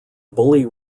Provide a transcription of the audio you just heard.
bully